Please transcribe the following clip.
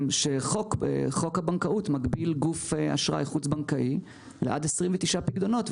שחוק הבנקאות מגביל גוף אשראי חוץ בנקאי לעד 29 פיקדונות,